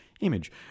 image